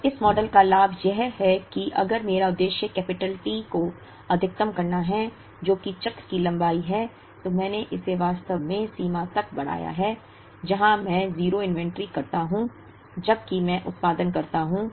अब इस मॉडल का लाभ यह है कि अगर मेरा उद्देश्य कैपिटल T को अधिकतम करना है जो कि चक्र की लंबाई है तो मैंने इसे वास्तव में सीमा तक बढ़ाया है जहां मैं 0 इन्वेंट्री करता हूं जबकि मैं उत्पादन करता हूं